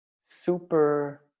super